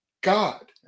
God